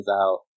out